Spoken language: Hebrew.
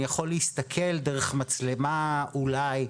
אני יכול להסתכל מצלמה אולי,